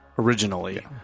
Originally